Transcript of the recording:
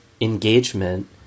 engagement